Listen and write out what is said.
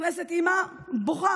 נכנסת אימא בוכה.